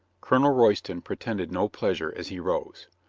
colonel royston pre tended no pleasure as he rose.